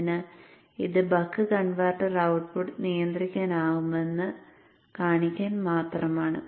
അതിനാൽ ഇത് buck converter output നിയന്ത്രിക്കാനാകുമെന്ന് കാണിക്കാൻ മാത്രമാണ്